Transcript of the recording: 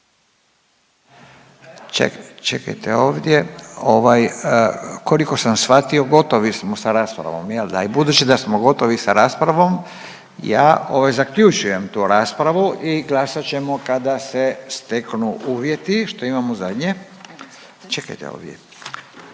čekajte ovdje ovaj koliko sam shvatio gotovi smo s raspravom jel da i budući da smo gotovi s raspravom ja ovaj zaključujem tu raspravu i glasat ćemo kada se steknu uvjeti. **Jandroković,